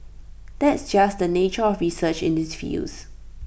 that's just the nature of research in these fields